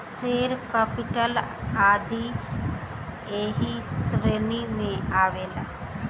share capital आदी ऐही श्रेणी में आवेला